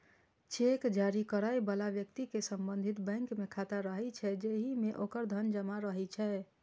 cheque जारी करै बला व्यक्ति के संबंधित बैंक मे खाता रहै छै, जाहि मे ओकर धन जमा रहै छै